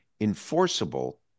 enforceable